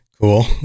Cool